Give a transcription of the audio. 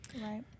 right